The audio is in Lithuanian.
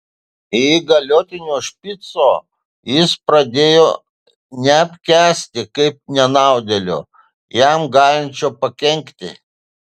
įgaliotinio špico jis pradėjo neapkęsti kaip nenaudėlio jam galinčio pakenkti